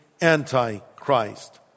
anti-Christ